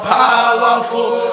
powerful